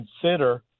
consider